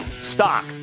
stock